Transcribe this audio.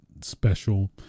special